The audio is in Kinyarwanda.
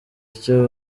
icyo